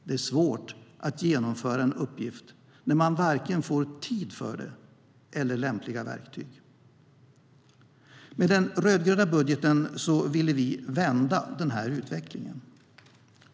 Det är svårt att genomföra en uppgift när man varken får tid för det eller lämpliga verktyg. Med den rödgröna budgeten ville vi vända den här utvecklingen.